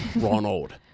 ronald